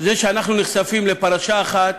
זה שאנחנו נחשפים לפרשה אחת,